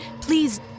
Please